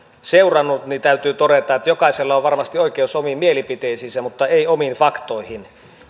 seurannut niin täytyy todeta että jokaisella on varmasti oikeus omiin mielipiteisiinsä mutta ei omiin faktoihin